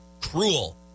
Cruel